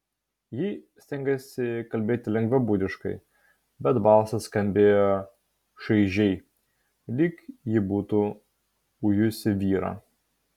ji stengėsi kalbėti lengvabūdiškai bet balsas skambėjo šaižiai lyg ji būtų ujusi vyrą